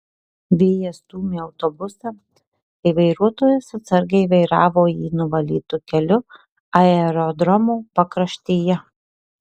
vėjas stūmė autobusą kai vairuotojas atsargiai vairavo jį nuvalytu keliu aerodromo pakraštyje